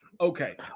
Okay